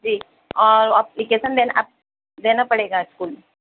جی اور اپلکیشن دینا دینا پڑے گا اسکول میں